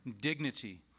dignity